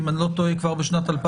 אם איני טועה כבר ב-2007,